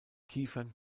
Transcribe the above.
kiefern